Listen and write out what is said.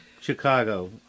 Chicago